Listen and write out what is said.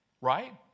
Right